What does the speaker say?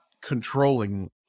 controlling